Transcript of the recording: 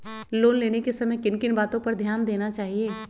Loan लेने के समय किन किन वातो पर ध्यान देना चाहिए?